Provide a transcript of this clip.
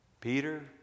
Peter